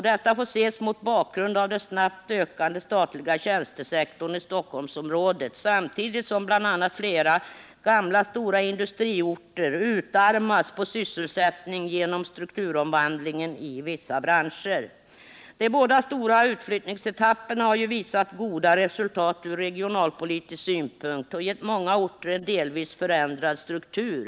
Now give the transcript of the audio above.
Detta får ses mot bakgrund av den snabbt ökande statliga tjänstesektorn i Stockholmsområdet samtidigt som bl.a. flera gamla stora industriorter utarmas på sysselsättning genom strukturomvandlingen i vissa branscher. De båda stora utflyttningsetapperna har ju visat goda resultat ur regionalpolitisk synpunkt och gett många orter en delvis ändrad struktur.